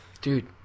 Dude